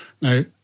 Now